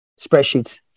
spreadsheets